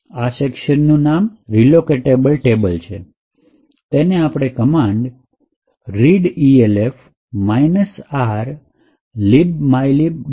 અને આ સેક્શન નું નામ રીલોકેટેબલ ટેબલ છે અને તેને આપણે કમાન્ડ readelf r libmylib